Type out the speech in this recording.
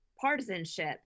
partisanship